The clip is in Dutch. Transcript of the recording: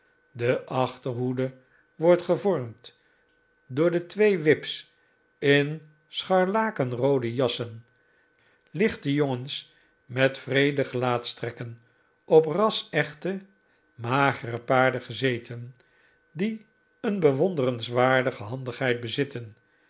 de achterhoede wordt gevormd door de twee whips in scharlakenroode jassen lichte jongens met wreede gelaatstrekken op rasechte magere paarden gezeten die een bewonderenswaardige handigheid bezitten